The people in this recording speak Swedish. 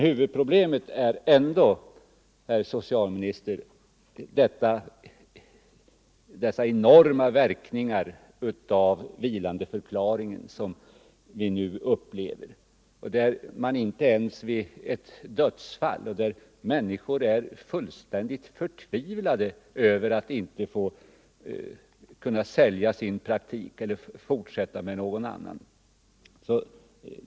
Huvudproblemet är emellertid ändå, herr socialminister, dessa enorma verkningar av vilandeförklaringen som vi nu upplever, och som innebär att man inte ens vid ett dödsfall, när människor är fullständigt förtvivlade, kan sälja praktiken eller fortsatta verksamheten med någon annan tandläkare.